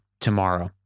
tomorrow